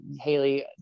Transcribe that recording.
Haley